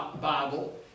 Bible